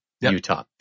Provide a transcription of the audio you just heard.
Utah